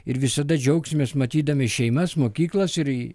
ir visada džiaugsimės matydami šeimas mokyklas ir